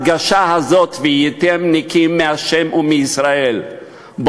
ההדגשה הזאת "והייתם נקִיִם מה' ומישראל" חשובה.